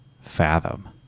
fathom